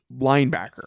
linebacker